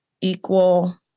equal